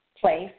place